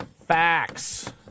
Facts